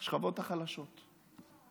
השכבות החלשות.